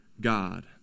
God